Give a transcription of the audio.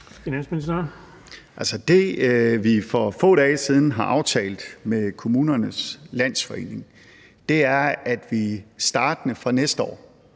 som vi for få dage siden har aftalt med Kommunernes Landsforening, er, at vi startende fra næste år